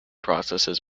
processes